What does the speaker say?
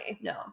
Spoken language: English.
No